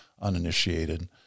uninitiated